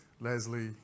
Leslie